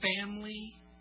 family